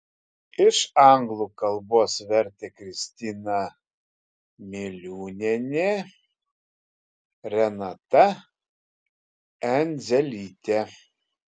iš anglų kalbos vertė kristina miliūnienė renata endzelytė